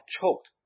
choked